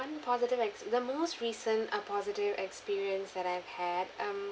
positive ex~ the most recent uh positive experience that I've had um